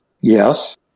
Yes